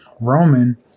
Roman